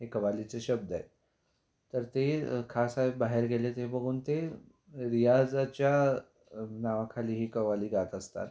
हे कव्वालीचे शब्द आहे तर ते खाँसाहेब बाहेर गेले ते बघून ते रियाजाच्या नावाखाली ही कव्वाली गात असतात